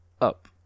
up